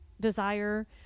desire